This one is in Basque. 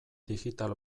digital